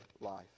life